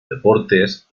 deportes